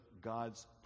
God's